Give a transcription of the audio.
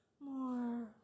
more